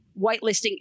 whitelisting